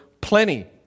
plenty